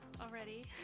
already